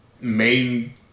Main